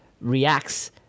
reacts